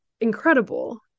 incredible